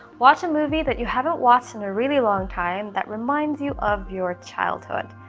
watch a movie that you haven't watched in a really long time that reminds you of your childhood.